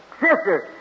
sisters